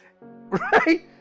right